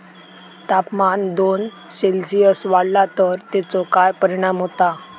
तापमान दोन सेल्सिअस वाढला तर तेचो काय परिणाम होता?